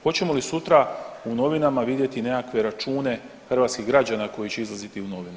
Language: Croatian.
Hoćemo li sutra u novinama vidjeti nekakve račune hrvatskih građana koji će izlaziti u novine.